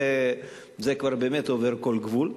זה כבר באמת עובר כל גבול.